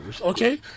Okay